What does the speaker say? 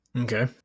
Okay